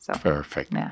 Perfect